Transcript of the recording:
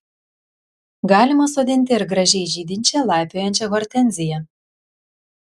galima sodinti ir gražiai žydinčią laipiojančią hortenziją